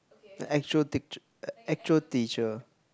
the actual teach~ the actual teacher